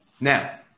now